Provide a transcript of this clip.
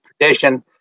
tradition